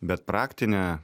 bet praktinė